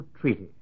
Treaty